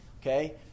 okay